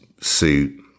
suit